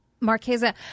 Marquesa